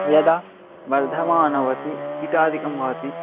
यदा वर्धमानं भवति कीटादिकं भवति